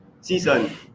season